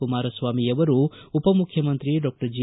ಕುಮಾರಸ್ವಾಮಿ ಅವರು ಉಪಮುಖ್ಕಮಂತ್ರಿ doctor G